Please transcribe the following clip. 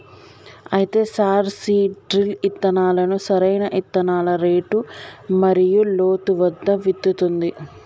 అయితే sir seed drill ఇత్తనాలను సరైన ఇత్తనాల రేటు మరియు లోతు వద్ద విత్తుతుంది